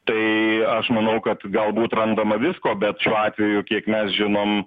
tai aš manau kad galbūt randama visko bet šiuo atveju kiek mes žinom